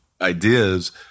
ideas